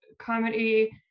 comedy